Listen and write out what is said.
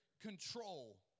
Control